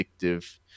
addictive